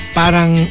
parang